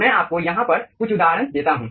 मैं आपको यहाँ पर कुछ उदाहरण देता हूँ